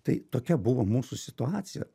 tai tokia buvo mūsų situacija